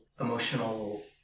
emotional